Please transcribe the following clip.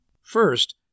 First